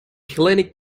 hellenic